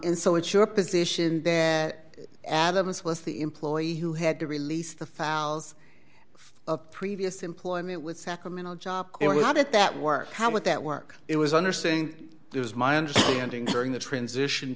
and so it's your position then adams was the employee who had to release the fouls of previous employment with sacramental job or how did that work how would that work it was under saying it was my understanding or in the transition